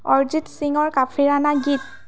অৰিজিত সিঙৰ কাফিৰানা গীত